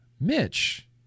Mitch